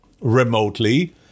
remotely